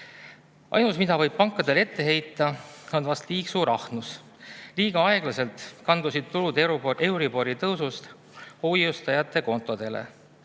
mida võib pankadele ette heita, on vahest liiga suur ahnus. Liiga aeglaselt kandusid tulud euribori tõusust hoiustajate kontodele.